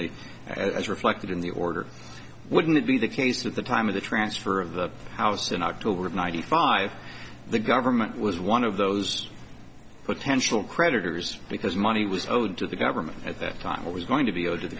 the as reflected in the order wouldn't it be the case with the time of the transfer of the house in october of ninety five the government was one of those potential creditors because money was owed to the government at that time what was going to be owed to the